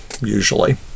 usually